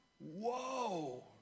Whoa